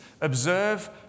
Observe